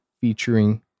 featuring